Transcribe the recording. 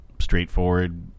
straightforward